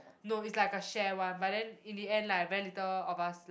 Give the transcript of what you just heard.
no it's like a share one but then in the end like very little of us like